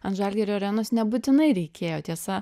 ant žalgirio arenos nebūtinai reikėjo tiesa